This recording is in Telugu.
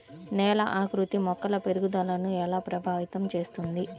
నేల ఆకృతి మొక్కల పెరుగుదలను ఎలా ప్రభావితం చేస్తుంది?